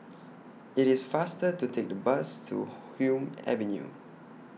IT IS faster to Take The Bus to Hume Avenue